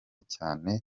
cyane